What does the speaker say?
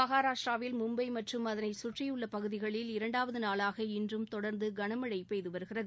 மகாராஷ்டிராவில் மும்பை மற்றும் அதனை குற்றியுள்ள பகுதிகளில் இரண்டாவது நாளாக இன்றும் தொடர்ந்து கனமழை பெய்து வருகிறது